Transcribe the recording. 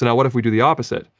and what if we do the opposite.